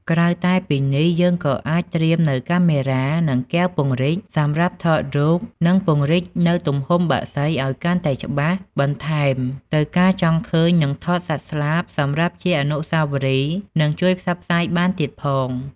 ក្រៅតែពីនេះយើងក៏អាចត្រៀមនៅកាមេរ៉ា និងកែវពង្រីកសម្រាប់ថតរូបនិងពង្រីកនៅទំហំបក្សីឲ្យកាន់តែច្បាស់បន្ថែមទៅការចង់ឃើញនិងថតសត្វស្លាប់សម្រាប់ជាអនុស្សាវរីយ៍និងជួយផ្សព្វផ្សាយបានទៀតផង។